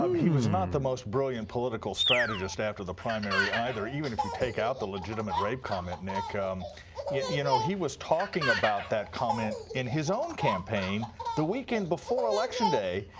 um he was not the most brilliant political strategist after the primary either, even if you take out the legitimate rape comment. yeah you know he was talking about that comment in his own campaign the weekend before election day.